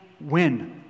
win